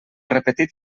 repetit